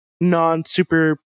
non-super